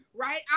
Right